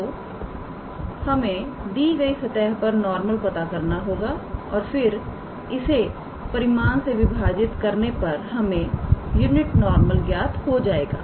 तो हमें दी हुई सतह पर नॉर्मल पता करना होगा और फिर इसे परिमाण से विभाजित करने पर हमें यूनिट नॉर्मल ज्ञात हो जाएगा